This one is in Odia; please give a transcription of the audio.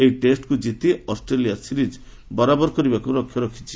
ଏହି ଟେଷ୍ଟ୍କୁ କିତି ଅଷ୍ଟ୍ରେଲିଆ ସିରିଜ୍ ବରାବର କରିବାକୁ ଲକ୍ଷ୍ୟ ରଖିଛି